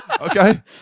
Okay